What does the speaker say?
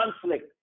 conflict